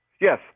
Yes